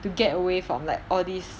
to get away from like all these